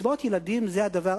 קצבאות ילדים זה הדבר,